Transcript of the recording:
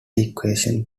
equations